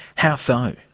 how so?